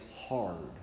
hard